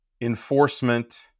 enforcement